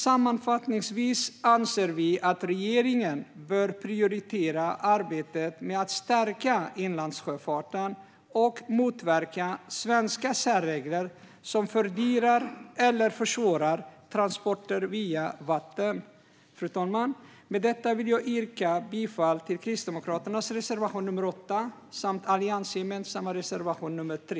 Sammanfattningsvis anser vi att regeringen bör prioritera arbetet med att stärka inlandssjöfarten och motverka svenska särregler som fördyrar eller försvårar transporter via vatten. Fru talman! Med detta vill jag yrka bifall till Kristdemokraternas reservation 8 samt den alliansgemensamma reservationen 3.